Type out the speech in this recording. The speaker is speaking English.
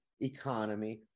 economy